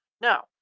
Now